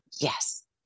Yes